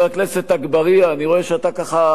אני רואה שאתה ככה חושב לצאת החוצה,